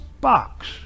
box